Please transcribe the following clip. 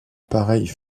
pareille